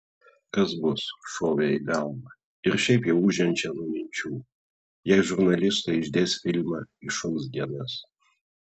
kas bus šovė į galvą ir šiaip jau ūžiančią nuo minčių jei žurnalistai išdės filmą į šuns dienas